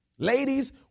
Ladies